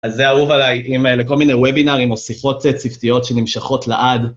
אז זה אהוב עליי, עם לכל מיני ובינארים או שיחות צוותיות שנמשכות לעד.